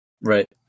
right